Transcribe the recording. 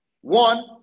One